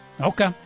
Okay